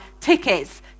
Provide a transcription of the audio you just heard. tickets